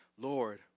Lord